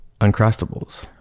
Uncrustables